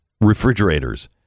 Refrigerators